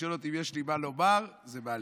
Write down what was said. לשאול אותי אם יש לי מה לומר זה מעליב.